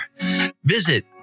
Visit